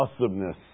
awesomeness